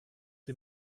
die